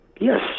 yes